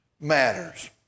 matters